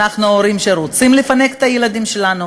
אנחנו הורים שרוצים לפנק את הילדים שלנו,